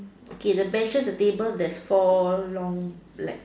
okay the benches the tables there's four long black